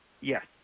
Yes